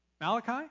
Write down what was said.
Malachi